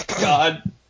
God